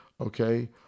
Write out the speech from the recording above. Okay